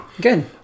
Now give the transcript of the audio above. Good